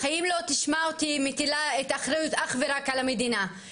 בחיים לא תשמע אותי מטילה את האחריות אך ורק על המדינה.